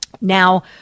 Now